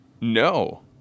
No